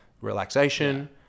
relaxation